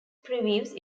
previews